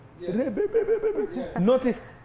Notice